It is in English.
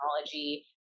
technology